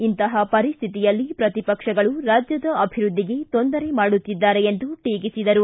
ಇಂತಹ ಪರಿಸ್ಕಿತಿಯಲ್ಲಿ ಪ್ರತಿಪಕ್ಷಗಳು ರಾಜ್ಯದ ಅಭಿವೃದ್ದಿಗೆ ತೊಂದರೆ ಮಾಡುತ್ತಿದ್ದಾರೆ ಎಂದು ಟೀಕಿಸಿದರು